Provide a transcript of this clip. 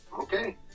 okay